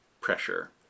pressure